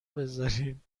بزارین